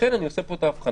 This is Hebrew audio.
לכן אני עושה פה את ההבחנה.